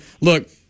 Look